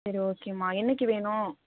சரி ஓகேம்மா என்றைக்கு வேணும்